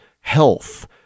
health